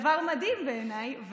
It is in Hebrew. זה דבר מדהים בעיניי.